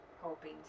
hoping